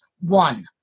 one